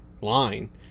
line